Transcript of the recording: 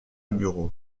bureau